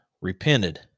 repented